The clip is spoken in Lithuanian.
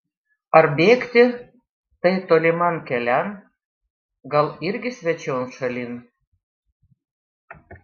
ar bėgti tai toliman kelian gal irgi svečion šalin